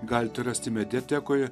galite rasti mediatekoje